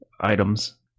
items